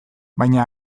baina